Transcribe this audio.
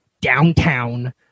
downtown